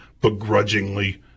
begrudgingly